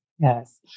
Yes